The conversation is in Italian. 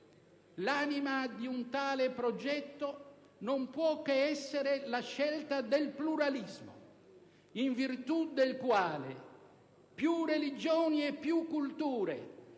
L'anima di un tale progetto non può che essere la scelta del pluralismo, in virtù del quale più religioni e più culture